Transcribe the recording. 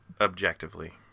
Objectively